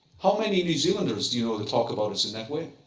how many new zealanders do you know that talk about us in that way?